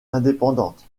indépendante